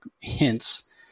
hints